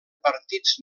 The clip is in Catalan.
partits